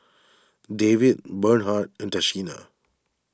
Davie Bernhard and Tashina